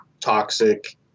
toxic